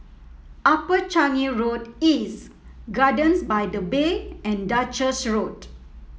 Upper Changi Road East Gardens by the Bay and Duchess Road